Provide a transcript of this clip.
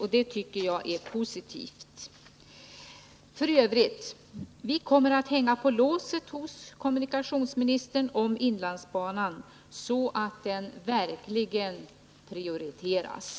F. ö. kommer vi att hänga på låset hos kommunikationsministern så att inlandsbanan verkligen prioriteras.